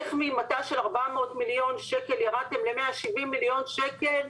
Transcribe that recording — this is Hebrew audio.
איך ממט"ש של ארבע מאות מיליון שקל ירדתם למאה שבעים מיליון שקל,